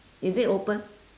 is it open